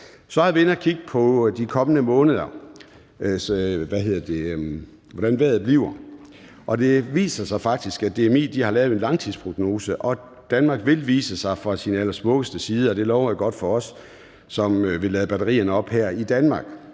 på, hvordan vejret bliver i de kommende måneder. Det viser sig faktisk, at DMI har lavet en langtidsprognose, og at Danmark vil vise sig fra sin allersmukkeste side; det lover jo godt for os, som vil lade batterierne op her i Danmark.